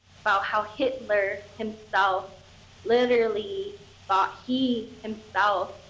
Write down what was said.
about how hitler himself literally thought he, himself,